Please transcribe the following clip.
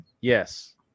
Yes